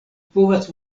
povas